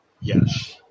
Yes